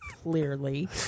Clearly